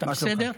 אתה בסדר?